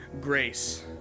grace